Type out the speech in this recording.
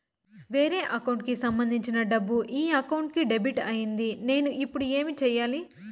వేరే అకౌంట్ కు సంబంధించిన డబ్బు ఈ అకౌంట్ కు డెబిట్ అయింది నేను ఇప్పుడు ఏమి సేయాలి